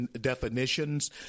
definitions